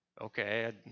Okay